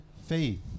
faith